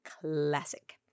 classic